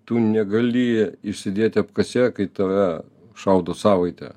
tu negali išsėdėti apkase kai tave šaudo savaitę